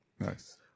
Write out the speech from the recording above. Nice